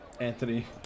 Anthony